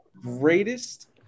Greatest